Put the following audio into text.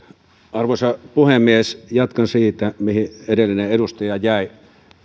arvoisa puhemies jatkan siitä mihin edellinen edustaja jäi